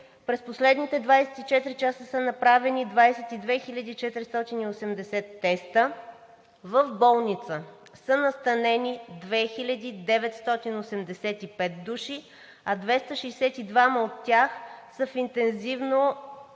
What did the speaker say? През последните 24 часа са направени 22 480 теста; в болница са настанени 2985 души, а 262 от тях са в интензивно